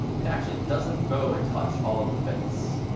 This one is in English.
it actually doesn't go and touch all of the bits.